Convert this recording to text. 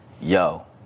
yo